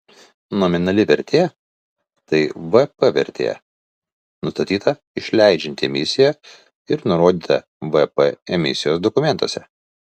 nominali vertė tai vp vertė nustatyta išleidžiant emisiją ir nurodyta vp emisijos dokumentuose